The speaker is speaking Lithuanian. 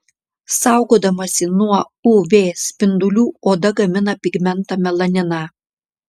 saugodamasi nuo uv spindulių oda gamina pigmentą melaniną